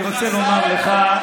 אני רוצה לומר לך,